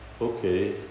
Okay